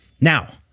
Now